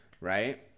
right